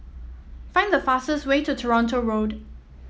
find the fastest way to Toronto Road